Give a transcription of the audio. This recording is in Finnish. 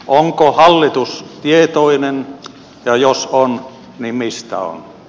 onko hallitus tietoinen ja jos on niin mistä on